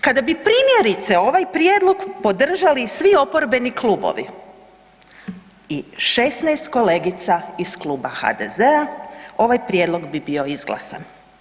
Kada bi primjerice ovaj prijedlog podržali svi oporbeni klubovi i 16 kolegica iz kluba HDZ-a, ovaj prijedlog bi bio izglasan.